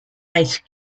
ice